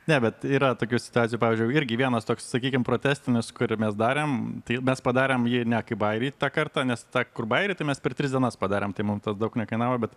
ne bet yra tokių situacijų pavyzdžiui irgi vienas toks sakykim protestinis kurį mes darėm tai mes padarėm jį ne kaip bajerį tą kartą nes tą kur bajerį mes per tris dienas padarėm tai mums tas daug nekainavo bet